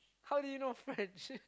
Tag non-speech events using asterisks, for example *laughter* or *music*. how do you know French *laughs*